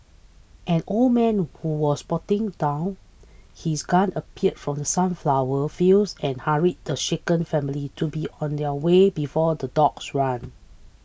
an old man who was putting down his gun appeared from the sunflower fields and hurried the shaken family to be on their way before the dogs ran